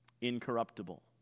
incorruptible